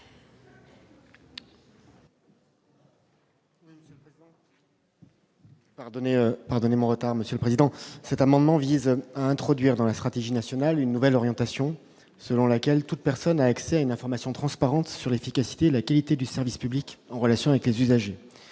parole est à M. le secrétaire d'État. Cet amendement vise à introduire dans la stratégie nationale une nouvelle orientation selon laquelle toute personne a accès à une information transparente sur l'efficacité et la qualité du service public en relation avec les usagers.